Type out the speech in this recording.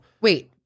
Wait